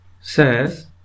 says